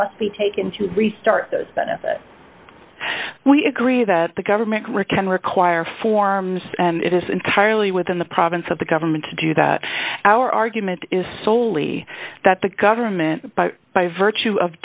must be taken to restart those benefits we agree that the government can require forms and it is entirely within the province of the government to do that our argument is soley that the government by virtue of